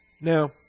Now